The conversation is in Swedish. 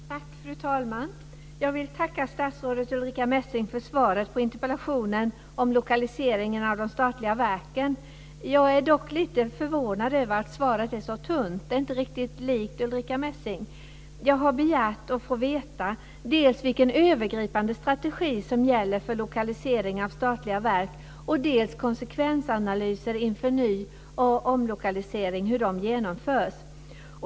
Fru talman! Jag vill tacka statsrådet Ulrica Messing för svaret på interpellationen om lokaliseringen av de statliga verken. Jag är dock lite förvånad över att svaret är så tunt. Det är inte riktigt likt Ulrica Messing. Jag har begärt att få veta dels vilken övergripande strategi som gäller för lokalisering av statliga verk, dels hur konsekvensanalyser inför ny och omlokalisering genomförs.